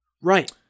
Right